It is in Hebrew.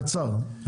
קצר,